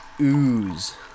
ooze